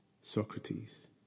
Socrates